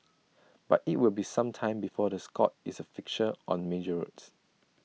but IT will be some time before the Scot is A fixture on major roads